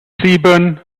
sieben